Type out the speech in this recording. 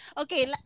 okay